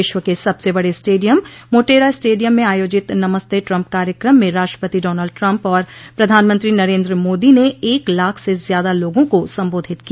विश्व के सबसे बड़े स्टेडियम मोटेरा स्टेडियम में आयोजित नमस्ते ट्रंप कार्यक्रम में राष्ट्रपति डोनाल्ड ट्रंप और प्रधानमंत्री नरेन्द्र मोदी ने एक लाख से ज्यादा लोगों को संबोधित किया